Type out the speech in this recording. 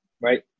Right